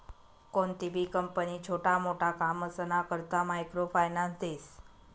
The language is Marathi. कोणतीबी कंपनी छोटा मोटा कामसना करता मायक्रो फायनान्स देस